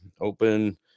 open